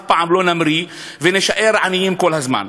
פעם לא נמריא ונישאר עניים כל הזמן.